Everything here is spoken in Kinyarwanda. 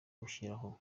gushyiraho